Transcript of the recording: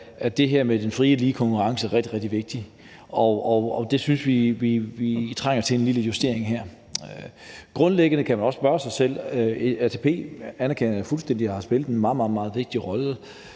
er det her med den frie og lige konkurrence rigtig, rigtig vigtigt, og vi synes, at vi trænger til en lille justering her. Grundlæggende kan man også spørge sig selv, og ATP anerkender jeg fuldstændig har spillet en meget, meget vigtig rolle